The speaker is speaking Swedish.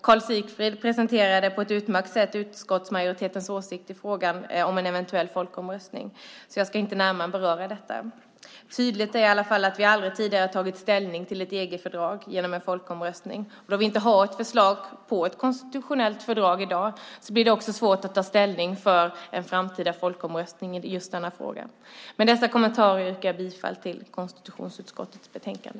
Karl Sigfrid presenterade på ett utmärkt sätt utskottsmajoritetens åsikt i frågan om en eventuell folkomröstning. Jag ska därför inte närmare beröra detta. Tydligt är i varje fall att vi aldrig tidigare har tagit ställning till ett EG-fördrag genom en folkomröstning. Då vi inte har ett förslag på ett konstitutionellt fördrag i dag blir det också svårt att ta ställning för en framtida folkomröstning i just denna fråga. Med dessa kommentarer yrkar jag bifall till utskottets förslag i konstitutionsutskottets betänkande.